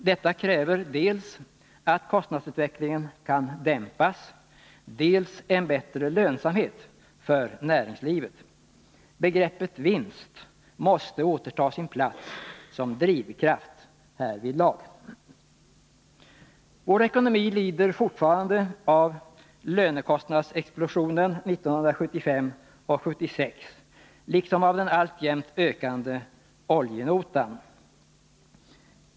Detta kräver dels att kostnadsutvecklingen kan dämpas, dels en bättre lönsamhet för näringslivet. Begreppet vinst måste återta sin plats som drivkraft härvidlag. Vår ekonomi lider fortfarande av lönekostnadsexplosionen 1975 och 1976 liksom av den alltjämt ökande oljenotan.